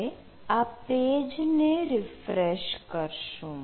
હવે આ વેબ પેજને રિફ્રેશ કરશું